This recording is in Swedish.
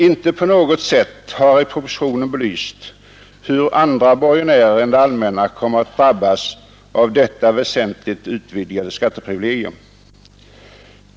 Inte på något sätt har i propositionen belysts hur andra borgenärer än det allmänna kommer att drabbas av detta väsentligt utvidgade skatteprivilegium.